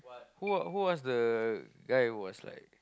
who who was the guy that was like